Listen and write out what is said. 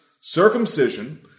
circumcision